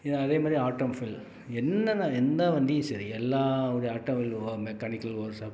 இது அதே மாதிரி ஆட்டோ ஃபீல்ட் என்னென்ன என்ன வண்டியும் சரி எல்லாவோட ஆட்டோ மொபைல் மெக்கானிக்கல் ஒர்ஷாப்